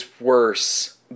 worse